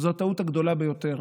זו הטעות הגדולה ביותר